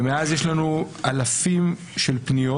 ומאז יש לנו אלפים של פניות.